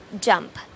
jump